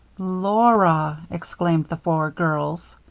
laura! exclaimed the four girls.